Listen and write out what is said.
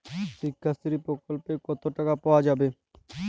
শিক্ষাশ্রী প্রকল্পে কতো টাকা পাওয়া যাবে?